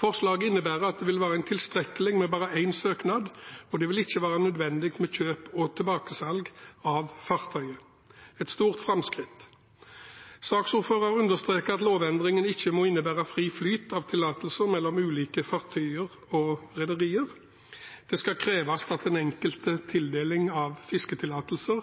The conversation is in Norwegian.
Forslaget innebærer at det vil være tilstrekkelig med bare én søknad, og det vil ikke være nødvendig med kjøp og tilbakesalg av fartøyet – et stort framskritt. Saksordføreren understreket at lovendringen ikke må innebære fri flyt av tillatelser mellom ulike fartøyer og rederier. Det skal kreves at den enkelte tildeling av fisketillatelse